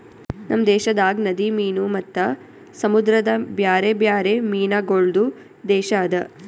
ನಮ್ ದೇಶದಾಗ್ ನದಿ ಮೀನು ಮತ್ತ ಸಮುದ್ರದ ಬ್ಯಾರೆ ಬ್ಯಾರೆ ಮೀನಗೊಳ್ದು ದೇಶ ಅದಾ